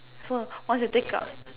so once you take out